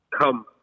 come